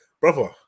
Brother